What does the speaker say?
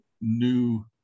new